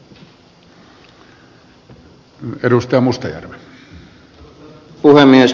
arvoisa puhemies